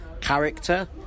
character